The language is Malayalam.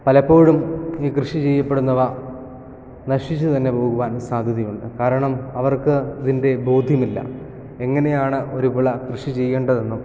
പലപ്പോഴും ഈ കൃഷി ചെയ്യപ്പെടുന്നവ നശിച്ചു തന്നെ പോകുവാൻ സാധ്യതയുണ്ട് കാരണം അവർക്ക് ഇതിൻ്റെ ബോധ്യമില്ല എങ്ങനെയാണ് ഒരു വിള കൃഷി ചെയ്യേണ്ടതെന്നും